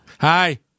Hi